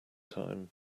time